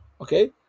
Okay